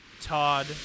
Todd